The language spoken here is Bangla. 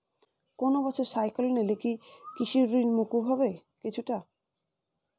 কোনো বছর সাইক্লোন এলে কি কৃষি ঋণ মকুব হবে কিছুটা?